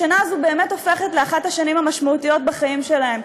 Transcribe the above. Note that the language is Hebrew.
השנה הזאת באמת הופכת לאחת השנים המשמעותיות בחיים שלהם.